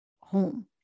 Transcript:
home